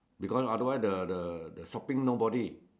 because otherwise the the the shopping nobody